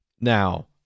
Now